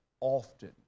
often